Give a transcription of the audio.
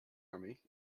army